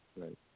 Right